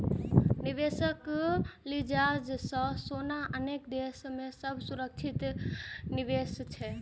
निवेशक लिजाज सं सोना अनेक देश मे सबसं सुरक्षित निवेश छियै